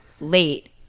late